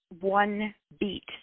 one-beat